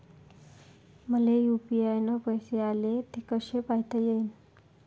मले यू.पी.आय न पैसे आले, ते कसे पायता येईन?